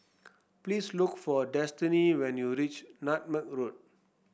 please look for Destiny when you reach Nutmeg Road